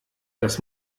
das